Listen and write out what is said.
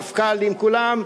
המפכ"לים וכולם,